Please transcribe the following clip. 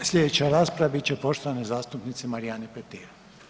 Slijedeća rasprava bit će poštovane zastupnice Marijane Petir.